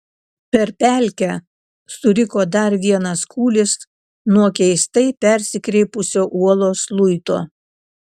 per pelkę suriko dar vienas kūlis nuo keistai persikreipusio uolos luito